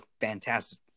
fantastic